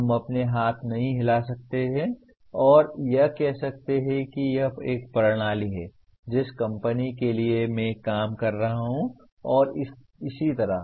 हम अपने हाथ नहीं हिला सकते हैं और यह कह सकते हैं कि यह एक प्रणाली है जिस कंपनी के लिए मैं काम कर रहा हूं और इसी तरह